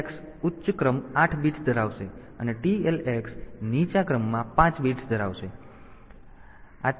તેથી આ THx ઉચ્ચ ક્રમ 8 બિટ્સ ધરાવશે અને આ TL x નીચા ક્રમમાં 5 બિટ્સ ધરાવશે